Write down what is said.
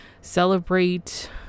celebrate